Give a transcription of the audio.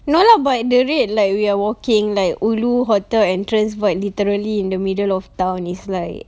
no lah but at the rate like we are walking like ulu hotel entrance but literally in the middle of town is like